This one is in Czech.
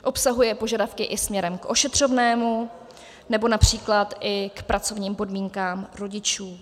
Obsahuje požadavky i směrem k ošetřovnému nebo například i k pracovním podmínkám rodičů.